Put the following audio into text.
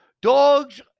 Dogs